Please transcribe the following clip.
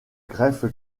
greffe